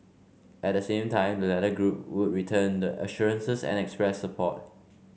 at the same time the latter group would return the assurances and express support